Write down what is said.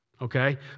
Okay